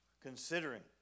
Considering